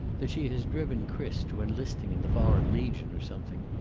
that she has driven chris to enlisting in the foreign legion, or something.